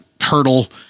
hurdle